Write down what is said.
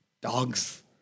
Dogs